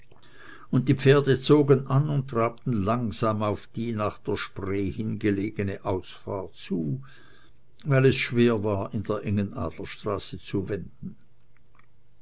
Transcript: und die pferde zogen an und trabten langsam auf die nach der spree hin gelegene aus fahrt zu weil es schwer war in der engen adlerstraße zu wenden